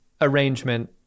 arrangement